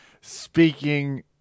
Speaking